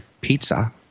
pizza